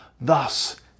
thus